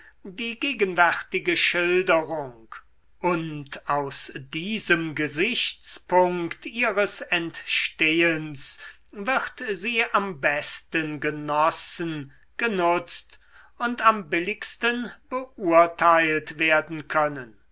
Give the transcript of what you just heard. die gegenwärtige schilderung und aus diesem gesichtspunkt ihres entstehens wird sie am besten genossen genutzt und am billigsten beurteilt werden können